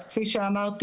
אז כפי שאמרתי,